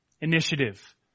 initiative